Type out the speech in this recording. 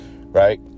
Right